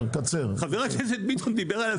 חבר הכנסת ביטון דיבר אליי.